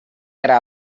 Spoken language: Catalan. gra